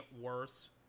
worse